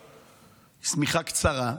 היא שמיכה קצרה,